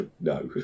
No